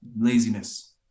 Laziness